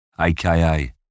aka